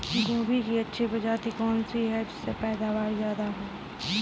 गोभी की अच्छी प्रजाति कौन सी है जिससे पैदावार ज्यादा हो?